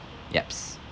ya